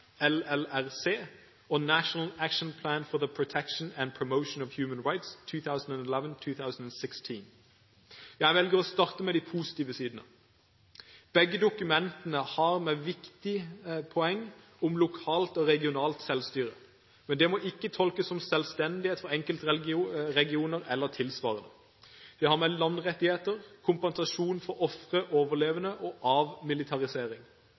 LLRC, og National Action Plan for the Protection and Promotion of Human Rights 2011–2016. Jeg velger å starte med de positive sidene. Begge dokumentene har med viktige poeng om lokalt og regionalt selvstyre, men det må ikke tolkes som selvstendighet for enkeltregioner eller tilsvarende. De har med landrettigheter, kompensasjon for ofre/overlevende og avmilitarisering.